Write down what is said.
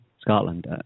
Scotland